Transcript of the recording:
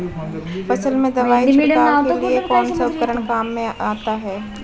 फसल में दवाई छिड़काव के लिए कौनसा उपकरण काम में आता है?